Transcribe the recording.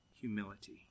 humility